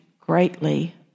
greatly